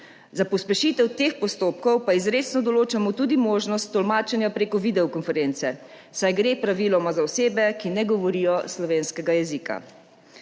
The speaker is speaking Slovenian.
Za pospešitev teh postopkov pa izrecno določamo tudi možnost tolmačenja prek videokonference, saj gre praviloma za osebe, ki ne govorijo slovenskega jezika.